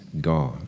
God